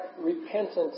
repentance